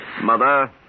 Mother